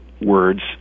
words